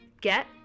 get